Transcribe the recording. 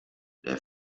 der